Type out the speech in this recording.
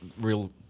real